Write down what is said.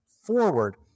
forward